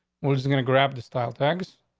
we're just gonna grab the style tags.